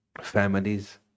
families